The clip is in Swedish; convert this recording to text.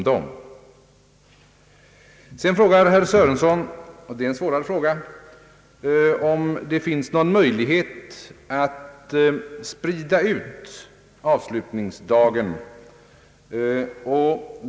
Herr Sörenson frågade vidare — det är en svårare fråga — om det finns någon möjlighet att sprida ut avslutningsdagarna.